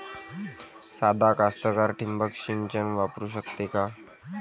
सादा कास्तकार ठिंबक सिंचन वापरू शकते का?